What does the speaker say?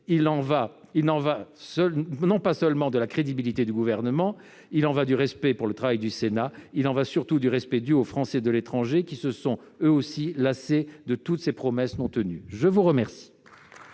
Il n'y va pas seulement de la crédibilité du Gouvernement : il y va du respect pour le travail du Sénat et, surtout, du respect dû aux Français de l'étranger, qui se sont, eux aussi, lassés de toutes ces promesses non tenues. La parole